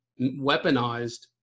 weaponized